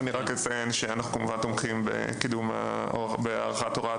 רק אציין שאנחנו תומכים בהארכת הוראת